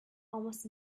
almost